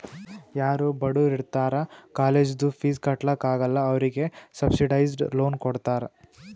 ಯಾರೂ ಬಡುರ್ ಇರ್ತಾರ ಕಾಲೇಜ್ದು ಫೀಸ್ ಕಟ್ಲಾಕ್ ಆಗಲ್ಲ ಅವ್ರಿಗೆ ಸಬ್ಸಿಡೈಸ್ಡ್ ಲೋನ್ ಕೊಡ್ತಾರ್